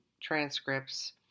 transcripts